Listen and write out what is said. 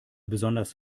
besonders